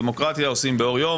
דמוקרטיה עושים באור יום,